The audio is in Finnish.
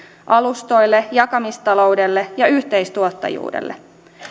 alustoille jakamistaloudelle ja yhteistuottajuudelle